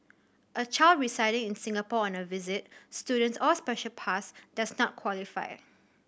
a child residing in Singapore on a visit student's or special pass does not qualify